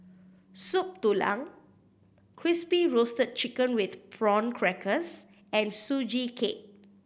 Soup Tulang Crispy Roasted Chicken with Prawn Crackers and Sugee Cake